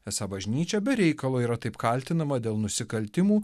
esą bažnyčia be reikalo yra taip kaltinama dėl nusikaltimų